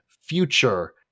future